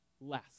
less